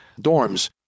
dorms